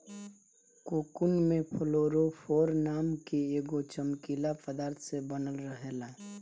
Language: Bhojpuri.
कोकून में फ्लोरोफोर नाम के एगो चमकीला पदार्थ से बनल रहेला